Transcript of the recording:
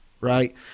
right